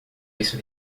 isso